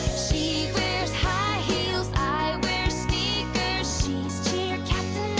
she wears high heels, i wear sneakers she's cheer captain